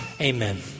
Amen